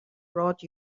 brought